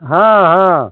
हँ हँ